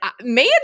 man